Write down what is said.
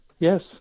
Yes